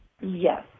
Yes